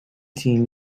team